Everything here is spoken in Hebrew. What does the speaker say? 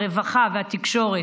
הרווחה והתקשורת,